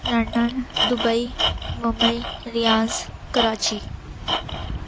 London Dubai Mumbai Riyadh Karachi